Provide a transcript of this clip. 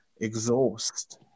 exhaust